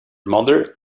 mother